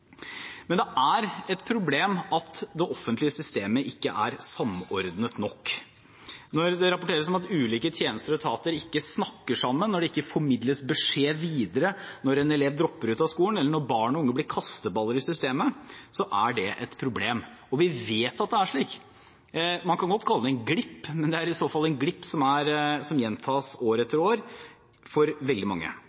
Men det er et problem at det offentlige systemet ikke er samordnet nok. Når det rapporteres om at ulike tjenester og etater ikke snakker sammen, når det ikke formidles beskjed videre når en elev dropper ut av skolen, eller når barn og unge blir kasteballer i systemet, er det et problem. Vi vet at det er slik. Man kan godt kalle det en glipp, men det er i så fall en glipp som gjentas år etter år for veldig mange.